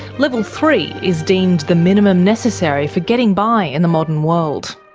level three is deemed the minimum necessary for getting by in the modern world.